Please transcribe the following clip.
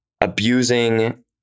abusing